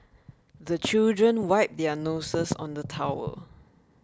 the children wipe their noses on the towel